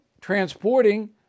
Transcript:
transporting